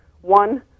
One